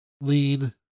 lean